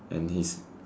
and he's